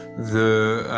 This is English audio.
the,